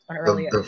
earlier